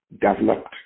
developed